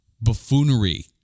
buffoonery